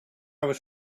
was